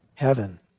heaven